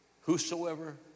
Whosoever